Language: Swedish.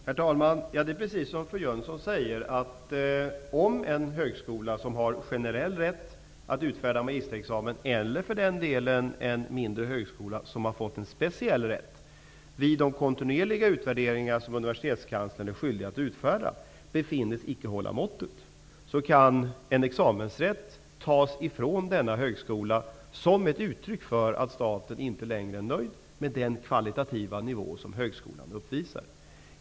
Herr talman! Det är precis som fru Jönsson säger. Om en högskola som har generell rätt att utfärda magisterexamen -- eller för den delen en mindre högskola som har fått en speciell rätt -- vid de kontinuerliga utvärderingar som universitetskanslern är skyldig att utföra befinnes icke hålla måttet, kan en examensrätt tas ifrån denna högskola som ett uttryck för att staten inte längre är nöjd med den kvalitativa nivå som högskolan uppvisar.